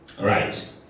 right